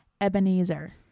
Ebenezer